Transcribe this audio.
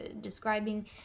describing